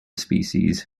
species